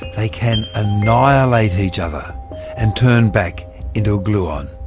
they can annihilate each other and turn back into a gluon.